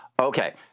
Okay